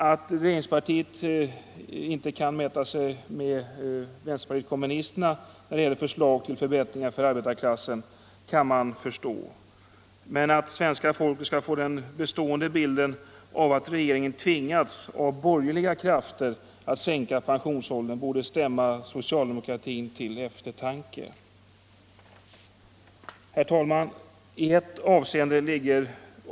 Att regeringspartiet inte kan mäta sig med vänsterpartiet kommunisterna när det gäller förslag till förbättringar för arbetarklassen kan man förstå. Men att svenska folket skall få den bestående bilden att regeringen av borgerliga krafter har tvingats sänka pensionsåldern borde stämma socialdemokratin till eftertanke. Herr talman!